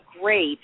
great